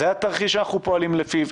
זה התרחיש שאנחנו פועלים לפיו,